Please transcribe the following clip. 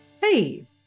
Hey